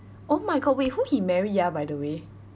oh my god wait who he marry ah by the way